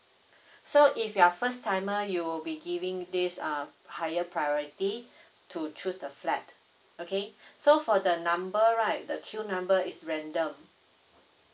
so if you're first timer you will be giving you this uh higher priority to choose the flat okay so for the number right the queue number is random